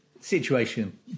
situation